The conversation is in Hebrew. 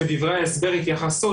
יש בדברי ההסבר התייחסות,